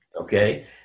Okay